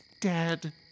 dead